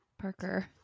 Parker